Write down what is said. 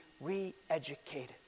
re-educated